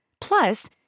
Plus